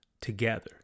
together